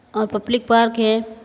और public park है